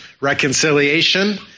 reconciliation